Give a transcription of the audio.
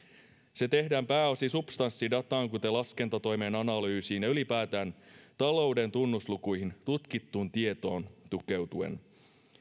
se tehdään pääosin substanssidataan kuten laskentatoimen analyysiin ja ylipäätään talouden tunnuslukuihin tutkittuun tietoon tukeutuen